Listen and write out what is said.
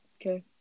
Okay